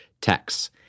text